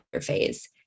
phase